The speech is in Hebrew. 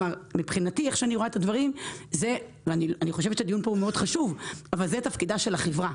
אני חושבת שזה תפקידה של החברה.